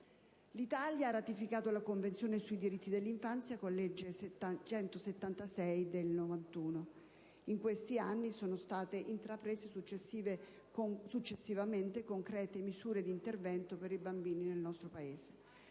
L'Italia ha ratificato la Convenzione sui diritti del fanciullo con la legge n. 176 del 1991. In questi anni sono state intraprese, successivamente, concrete misure di intervento per i bambini del nostro Paese.